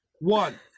One